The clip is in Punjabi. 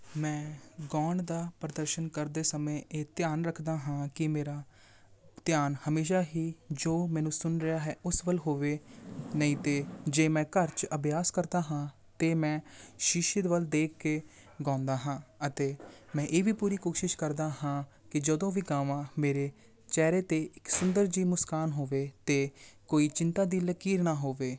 ਮੈਂ ਗਾਉਣ ਦਾ ਪ੍ਰਦਰਸ਼ਨ ਕਰਦੇ ਸਮੇਂ ਇਹ ਧਿਆਨ ਰੱਖਦਾ ਹਾਂ ਕਿ ਮੇਰਾ ਧਿਆਨ ਹਮੇਸ਼ਾ ਹੀ ਜੋ ਮੈਨੂੰ ਸੁਣ ਰਿਹਾ ਹੈ ਉਸ ਵੱਲ ਹੋਵੇ ਨਹੀਂ ਤਾਂ ਜੇ ਮੈਂ ਘਰ 'ਚ ਅਭਿਆਸ ਕਰਦਾ ਹਾਂ ਤਾਂ ਮੈਂ ਸ਼ੀਸ਼ੇ ਦੇ ਵੱਲ ਦੇਖ ਕੇ ਗਾਉਂਦਾ ਹਾਂ ਅਤੇ ਮੈਂ ਇਹ ਵੀ ਪੂਰੀ ਕੋਸ਼ਿਸ਼ ਕਰਦਾ ਹਾਂ ਕਿ ਜਦੋਂ ਵੀ ਗਾਵਾਂ ਮੇਰੇ ਚਿਹਰੇ 'ਤੇ ਇੱਕ ਸੁੰਦਰ ਜਿਹੀ ਮੁਸਕਾਨ ਹੋਵੇ ਅਤੇ ਕੋਈ ਚਿੰਤਾ ਦੀ ਲਕੀਰ ਨਾ ਹੋਵੇ